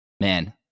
man